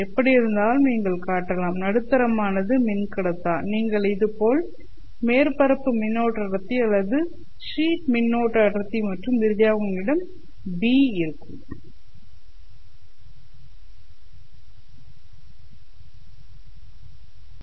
எப்படியிருந்தாலும் நீங்கள் காட்டலாம் நடுத்தரமானது மின்கடத்தா நீங்கள் இதேபோல் Ht1 Ht2ks மேற்பரப்பு மின்னோட்ட அடர்த்தி அல்லது ஷீட் மின்னோட்ட அடர்த்தி மற்றும் இறுதியாக உங்களிடம் Bn1 -Bn2 0 இருக்கும்